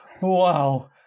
Wow